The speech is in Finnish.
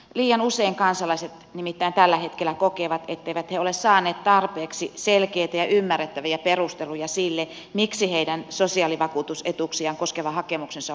liian usein kansalaiset nimittäin tällä hetkellä kokevat etteivät he ole saaneet tarpeeksi selkeitä ja ymmärrettäviä perusteluja sille miksi heidän sosiaalivakuutusetuuksiaan koskeva hakemuksensa on hylätty